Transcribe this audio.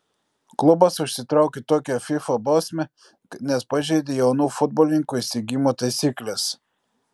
klubas užsitraukė tokią fifa bausmę nes pažeidė jaunų futbolininkų įsigijimo taisykles